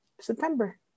September